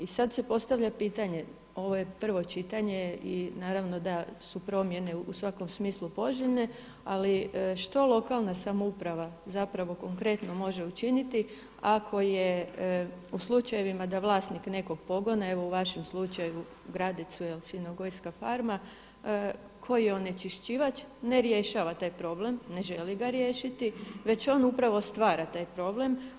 I sada se postavlja pitanje, ovo je prvo čitanje i naravno da su promjene u svakom smislu poželjne, ali što lokalna samouprava zapravo konkretno može učiniti ako je u slučajevima da vlasnik nekog pogona, evo u vašem slučaju u Gradecu je svinjogojska farma koji onečišćivač ne rješava taj problem, ne želi ga riješiti već on upravo stvar taj problem.